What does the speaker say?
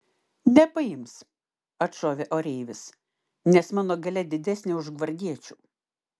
nepaims atšovė oreivis nes mano galia didesnė už gvardiečių